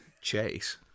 chase